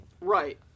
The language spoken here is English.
Right